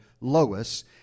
Lois